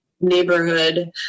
neighborhood